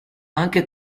anche